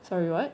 sorry what